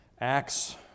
Acts